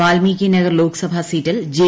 വാൽമീകി നഗർ ല്യോക്സഭാ സീറ്റിൽ ജെ